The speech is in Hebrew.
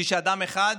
בשביל שאדם אחד